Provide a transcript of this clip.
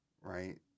right